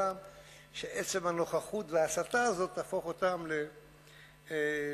שעצם הנוכחות וההסתה הזאת יהפוך אותם לאנטי-ישראלים,